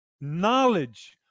knowledge